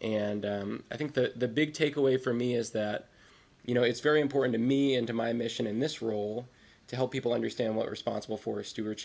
and i think that the big takeaway for me is that you know it's very important to me and to my mission in this role to help people understand what responsible for stewar